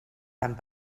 tant